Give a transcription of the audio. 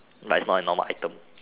but it's not a normal item